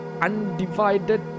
undivided